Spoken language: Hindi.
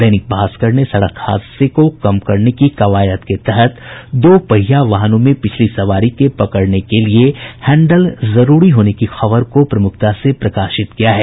दैनिक भास्कर ने सड़क हादसे में कम करने की कवायद के तहत दो पहिया वाहनों में पिछली सवारी के पकड़ने के लिए हैंडल जरूरी होने की खबर को प्रमुखता से प्रकाशित किया है